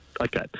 Okay